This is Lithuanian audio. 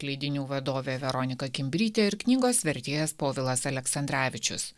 leidinių vadovė veronika kimbrytė ir knygos vertėjas povilas aleksandravičius